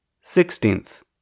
Sixteenth